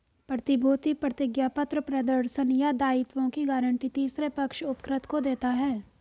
प्रतिभूति प्रतिज्ञापत्र प्रदर्शन या दायित्वों की गारंटी तीसरे पक्ष उपकृत को देता है